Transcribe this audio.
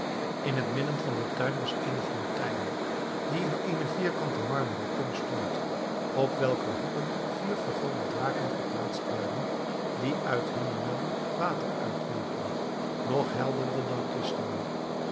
in het midden van den tuin was eene fontein die in eene vierkante marmeren kom stond op welker hoeken vier vergulde draken geplaatst waren die uit hunnen muil water uitwierpen nog helderder dan kristal